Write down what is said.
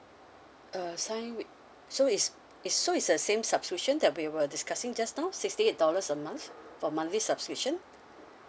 uh sign with so it's it's so it's a same subscription that we were discussing just now sixty eight dollars a month for monthly subscription